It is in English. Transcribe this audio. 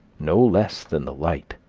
no less than the light.